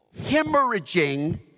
hemorrhaging